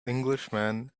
englishman